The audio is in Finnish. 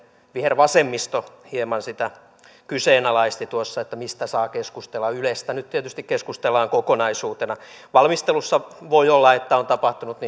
vihervasemmisto hieman sitä kyseenalaisti tuossa että mistä saa keskustella ylestä nyt tietysti keskustellaan kokonaisuutena voi olla että valmistelussa on tapahtunut